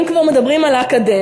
אם כבר מדברים על האקדמיה,